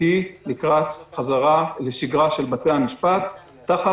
הם לקראת חזרה לשגרה של בתי המשפט תחת